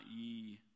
ye